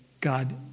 God